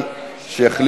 מי נגד?